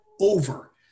over